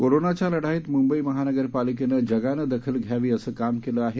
कोरोनाच्या लढाईत मुंबई महानगरपालिकेनं जगानं दखल घ्यावी असं काम केलं आहे